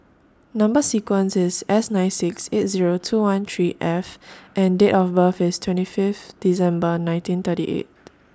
Number sequence IS S nine six eight Zero two one three F and Date of birth IS twenty Fifth December nineteen thirty eight